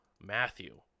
Matthew